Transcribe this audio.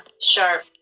sharp